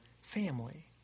family